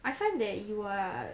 I find that you are